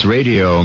Radio